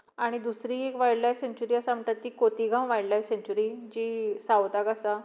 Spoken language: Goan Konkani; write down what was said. आनी दुसरी एक वायलड लायफ सॅंक्चुरी आसा म्हणटा ती खोतिगांव वायलड लायफ सॅंक्चुरी जी सावथाक आसा